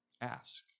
ask